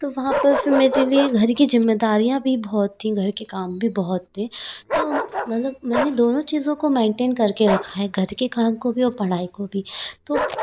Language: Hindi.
तो वहाँ पर फिर मेरे लिए घर की ज़िम्मेदारियाँ भी बहुत थीं घर के काम भी बहुत थे तो मतलब मैंने दोनों चीज़ों को मैनटेन करके रखा है घर के काम को भी और पढ़ाई को भी तो